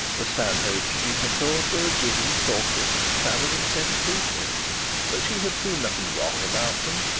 the stanhopes, she had thought, were a giddy, thoughtless, extravagant set of people but she had seen nothing wrong about them,